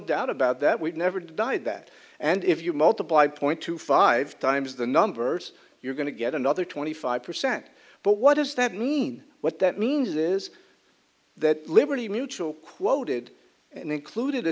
doubt about that we've never died that and if you multiply point two five times the numbers you're going to get another twenty five percent but what does that mean what that means is that liberty mutual quoted and included a